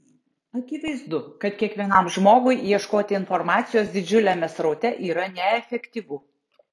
akivaizdu kad kiekvienam žmogui ieškoti informacijos didžiuliame sraute yra neefektyvu